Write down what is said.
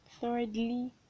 thirdly